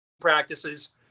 practices